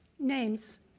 names,